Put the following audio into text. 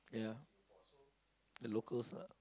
yeah the locals lah